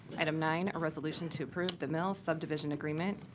item nine, a resolution to approve the mill subdivision agreement.